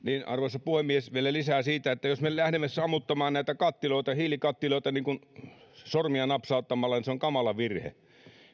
arvoisa puhemies vielä lisää siitä että jos me lähdemme sammuttamaan näitä hiilikattiloita niin kuin sormia napsauttamalla niin se on kamala virhe